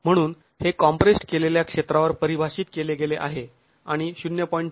म्हणून हे कॉम्प्रेस्ड् केलेल्या क्षेत्रावर परिभाषित केले गेले आहे आणि ०